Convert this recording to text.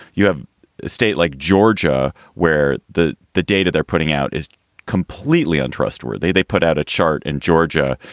you have a state like georgia where the the data they're putting out is completely untrustworthy. they put out a chart in georgia,